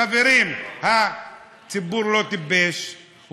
חברים, הציבור לא טיפש.